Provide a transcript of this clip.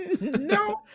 No